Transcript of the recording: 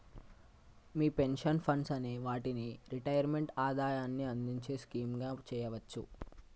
మీ pension funds అనే వాటిని retirement ఆదాయాన్ని అందించే స్కీమ్ గా చెప్పవచ్చు